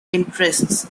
interests